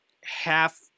half-